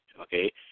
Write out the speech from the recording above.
okay